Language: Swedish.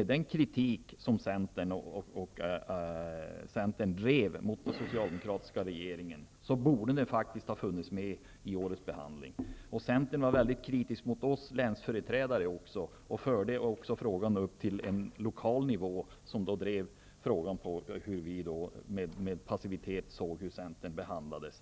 av den kritik som Centern drev mot den socialdemokratiska regeringen borde denna fråga ha funnits med vid årets behandling. Dessutom var Centerpartiet väldigt kritiskt mot oss länsföreträdare och förde upp frågan till en lokal nivå, där man hävdade att vi med passivitet såg på hur frågan behandlades.